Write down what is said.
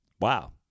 Wow